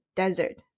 desert